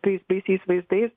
tais baisiais vaizdais